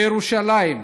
בירושלים,